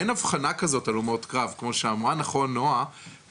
אין אבחנה כזאת הלומות קרב כמו שאמרה נכון נועה,